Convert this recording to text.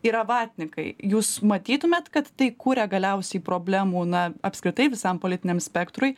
yra vatnikai jūs matytumėt kad tai kuria galiausiai problemų na apskritai visam politiniam spektrui